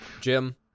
Jim